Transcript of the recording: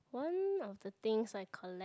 one of the things I collect